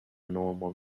normal